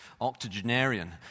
Octogenarian